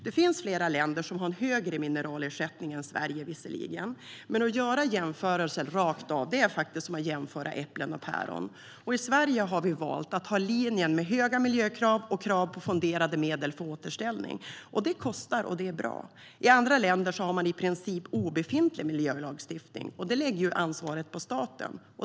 Det finns visserligen flera länder som har en högre mineralersättning än Sverige. Men att göra jämförelser rakt av är som att jämföra äpplen och päron. I Sverige har vi valt linjen med höga miljökrav och krav på fonderade medel för återställning. Det kostar, och det är bra. I andra länder har man i princip obefintlig miljölagstiftning, vilket lägger ansvaret på staten.